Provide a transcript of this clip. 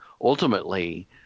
ultimately